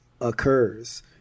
occurs